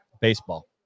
baseball